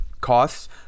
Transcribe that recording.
costs